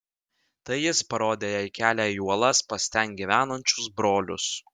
tai jis parodė jai kelią į uolas pas ten gyvenančius brolius